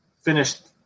finished